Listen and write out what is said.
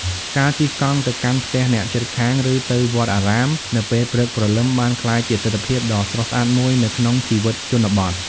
ការជិះកង់ទៅកាន់ផ្ទះអ្នកជិតខាង ឬទៅវត្តអារាមនៅពេលព្រឹកព្រលឹមបានក្លាយជាទិដ្ឋភាពដ៏ស្រស់ស្អាតមួយនៅក្នុងជីវិតជនបទ។